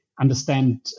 understand